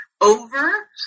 over